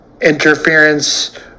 interference